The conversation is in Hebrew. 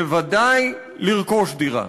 בוודאי לרכוש דירה.